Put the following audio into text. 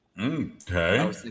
okay